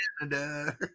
Canada